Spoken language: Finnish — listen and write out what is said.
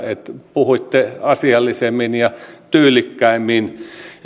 puhuitte asiallisemmin ja tyylikkäämmin